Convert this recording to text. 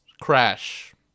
crash